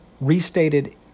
restated